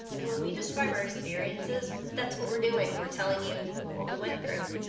and when we describe our experiences, that's what we're doing, we're telling you what we went through.